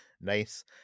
Nice